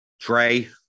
trey